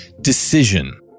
decision